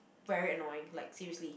very annoying like seriously